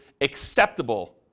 acceptable